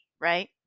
right